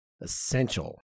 essential